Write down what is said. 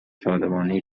شادمانی